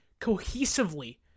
cohesively